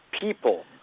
people